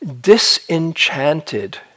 disenchanted